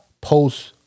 Post